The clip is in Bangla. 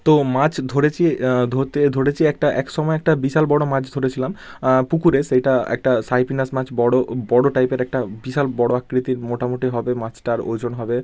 তো মাছ ধরেচি ধরতে ধরেছি একটা এক সময় একটা বিশাল বড়ো মাছ ধরেছিলাম পুকুরে সেইটা একটা সাইপ্রিনাস মাছ বড়ো বড়ো টাইপের একটা বিশাল বড়ো আকৃতির মোটামোটি হবে মাছটার ওজন হবে